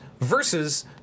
versus